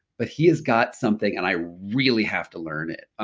but he's got something and i really have to learn it.